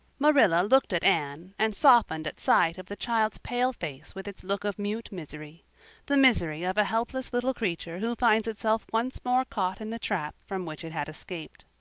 marilla looked at anne and softened at sight of the child's pale face with its look of mute misery the misery of a helpless little creature who finds itself once more caught in the trap from which it had escaped.